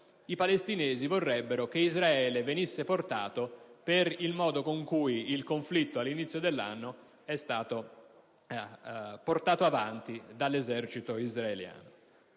i palestinesi vorrebbero che Israele venisse portato per il modo in cui il conflitto, dall'inizio dell'anno, è stato condotto dall'esercito israeliano.